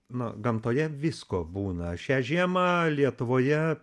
na gamtoje visko būna šią žiemą lietuvoje